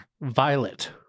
Violet